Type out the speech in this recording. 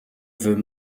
veux